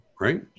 Right